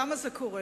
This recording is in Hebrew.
למה זה קורה,